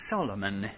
Solomon